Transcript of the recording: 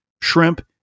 shrimp